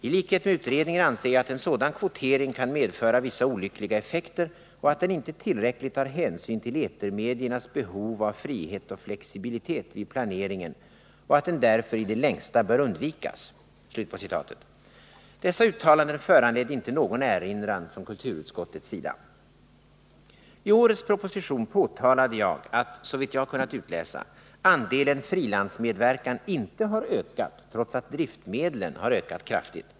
I likhet med utredningen anser jag att en sådan kvotering kan medföra vissa olyckliga effekter och att den inte tillräckligt tar hänsyn till etermediernas behov av frihet och flexibilitet vid planeringen och att den därför i det längsta bör undvikas.” Dessa uttalanden föranledde inte någon erinran från kulturutskottets sida. I årets proposition påpekade jag att såvitt jag har kunnat utläsa har inte andelen frilansmedverkande ökat trots att driftmedlen har ökat kraftigt.